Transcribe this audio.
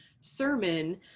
sermon